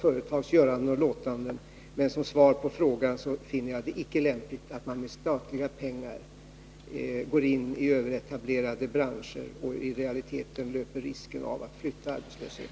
Men som svar på frågan måste jag säga att jag icke finner det lämligt att man med statliga medel går in i överetablerade branscher och i realiteten löper risk att flytta arbetslöshet.